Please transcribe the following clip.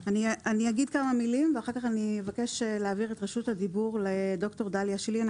אגיד כמה מילים ואחר כך אבקש להעביר את רשות הדיבור לד"ר דליה שיליאן,